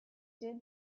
did